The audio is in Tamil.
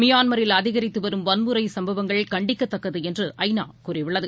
மியான்மரில் அதிகரித்துவரும் வன்முறைசம்பவங்கள் கண்டிக்கத்தக்கதுஎன்று ஐ நா கூறியுள்ளது